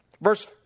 Verse